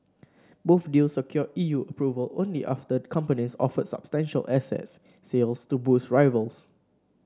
both deals secured E U approval only after the companies offered substantial asset sales to boost rivals